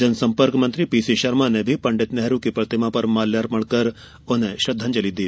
जनसंपर्क मंत्री पीसी शर्मा ने भी पंडित नेहरू की प्रतीमा पर माल्यार्पण कर श्रद्धांजलि दी